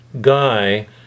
guy